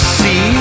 see